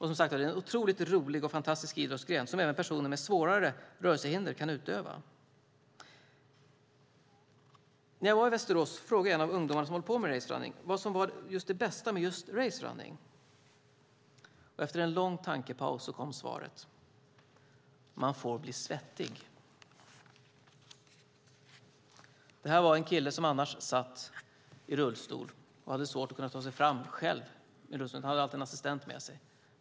Som sagt är det en otroligt rolig och fantastisk idrottsgren som även personer med svårare rörelsehinder kan utöva. När jag var i Västerås frågade jag en av ungdomarna som håller på med racerunning vad som är det bästa med just racerunning. Efter en lång tankepaus kom svaret: Man får bli svettig. Detta var en kille som annars satt i rullstol och hade svårt att ta sig fram själv. Han hade alltid en assistent med sig.